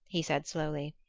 he said slowly,